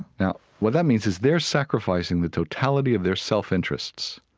now, what that means is they're sacrificing the totality of their self-interests,